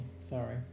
Sorry